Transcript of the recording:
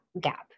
gap